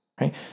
right